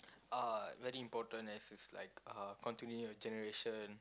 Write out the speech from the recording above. uh very important as is like uh continue your generation